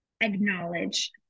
acknowledge